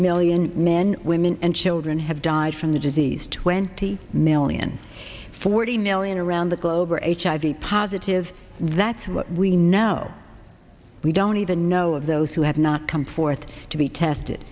million men women and children have died from the disease twenty million forty million around the globe are hiv positive that's what we know we don't even know of those who have not come forth to be tested